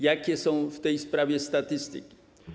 Jakie są w tej sprawie statystyki?